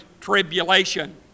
Tribulation